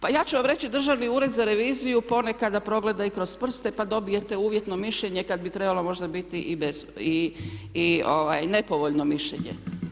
Pa ja ću vam reći Državni ured za reviziju ponekad progleda i kroz prste pa dobijete uvjetno mišljenje kad bi trebalo možda biti i nepovoljno mišljenje.